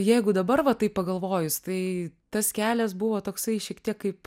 jeigu dabar va taip pagalvojus tai tas kelias buvo toksai šiek tiek kaip